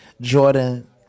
Jordan